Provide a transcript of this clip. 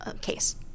case